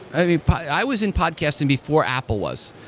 i was i was in podcasting before apple was.